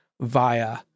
via